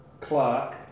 Clark